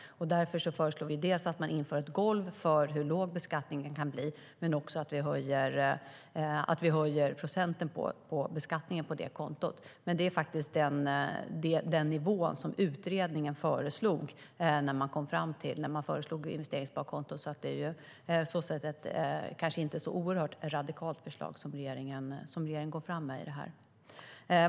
Därför föreslår vi dels att man inför ett golv för hur låg beskattningen kan bli, dels att vi höjer procenten på beskattningen på det kontot till den nivå som utredningen faktiskt föreslog när man föreslog investeringssparkontot. På så sätt kanske regeringens förslag inte är så oerhört radikalt.